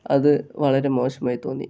അത് വളരെ മോശമായി തോന്നി